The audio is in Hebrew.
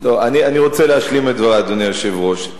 אני רוצה להשלים את דברי, אדוני היושב-ראש.